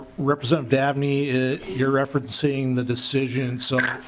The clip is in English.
representative davnie you are referencing the decision so